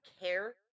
care